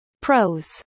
Pros